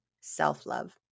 self-love